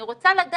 אני רוצה לדעת